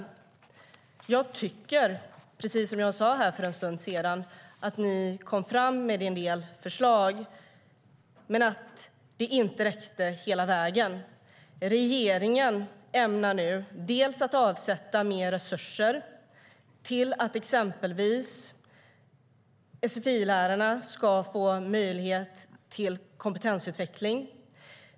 Jag tycker, precis som jag sa för en stund sedan, att ni kom fram med en del förslag men att de inte räckte hela vägen. Regeringen ämnar nu avsätta mer resurser till att exempelvis sfi-lärarna ska få möjlighet till kompetensutveckling.